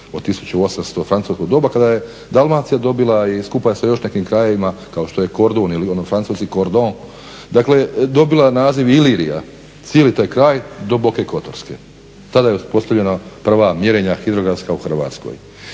od 1800. francusko doba kada je Dalmacija dobila i skupa s još nekim krajevima kao što je Kordun ili francuski … dobila naziv Ilirija cijeli taj kraj do Boke Kotorske. Tada su uspostavljena prva mjerenja hidrografska u Hrvatskoj.